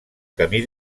camí